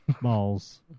malls